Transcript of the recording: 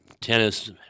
tennis